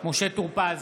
משה טור פז,